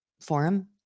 Forum